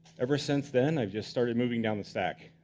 ever since then, i just started moving down the stack.